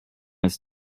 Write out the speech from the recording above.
ist